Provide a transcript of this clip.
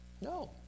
no